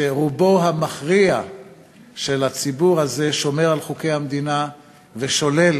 שרובו המכריע של הציבור הזה שומר על חוקי המדינה ושולל